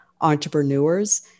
entrepreneurs